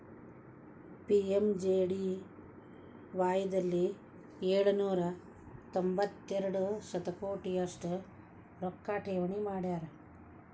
PMJDY ದಲ್ಲಿ ಏಳು ನೂರ ತೊಂಬತ್ತೆರಡು ಶತಕೋಟಿ ಅಷ್ಟು ರೊಕ್ಕ ಠೇವಣಿ ಮಾಡ್ಯಾರ